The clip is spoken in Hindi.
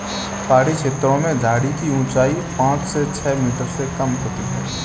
पहाड़ी छेत्रों में झाड़ी की ऊंचाई पांच से छ मीटर से कम होती है